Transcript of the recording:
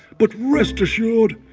but rest assured,